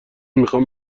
میخوام